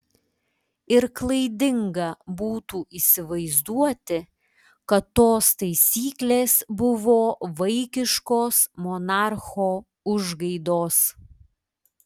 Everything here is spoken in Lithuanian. ir klaidinga būtų įsivaizduoti kad tos taisyklės buvo vaikiškos monarcho užgaidos